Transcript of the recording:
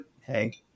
hey